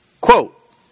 quote